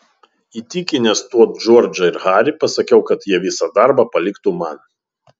įtikinęs tuo džordžą ir harį pasakiau kad jie visą darbą paliktų man